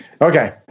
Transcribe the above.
Okay